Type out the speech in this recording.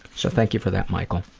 so thank you for that, michael.